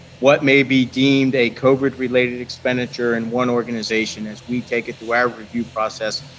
what may be deemed a covid-related expenditure in one organization as we take it through our review process,